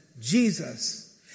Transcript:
Jesus